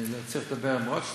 אני צריך לדבר עם רוטשטיין,